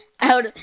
out